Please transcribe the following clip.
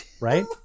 right